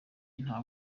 nta